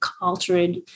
altered